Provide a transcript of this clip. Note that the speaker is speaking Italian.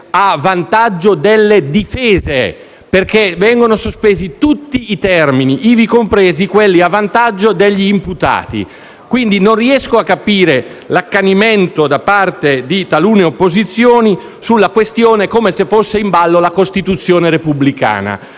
a vantaggio delle difese perché vengono sospesi tutti i termini, ivi compresi quelli a vantaggio degli imputati. Quindi non riesco a capire l'accanimento da parte di talune opposizioni sulla questione, come se fosse in ballo la Costituzione repubblicana.